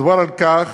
מדובר על כך